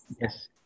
Yes